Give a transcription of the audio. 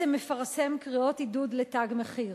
מפרסם קריאות עידוד ל"תג מחיר".